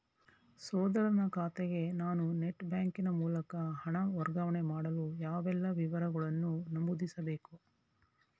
ಸಹೋದರನ ಖಾತೆಗೆ ನಾನು ನೆಟ್ ಬ್ಯಾಂಕಿನ ಮೂಲಕ ಹಣ ವರ್ಗಾವಣೆ ಮಾಡಲು ಯಾವೆಲ್ಲ ವಿವರಗಳನ್ನು ನಮೂದಿಸಬೇಕು?